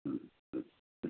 হুম হুম হুম